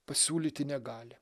pasiūlyti negali